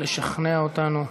לנסות לשכנע אותנו.